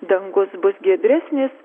dangus bus giedresnis